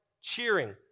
cheering